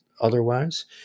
otherwise